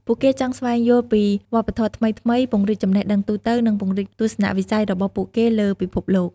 ពួកគេចង់ស្វែងយល់ពីវប្បធម៌ថ្មីៗ ពង្រីកចំណេះដឹងទូទៅ និងពង្រីកទស្សនវិស័យរបស់ពួកគេលើពិភពលោក។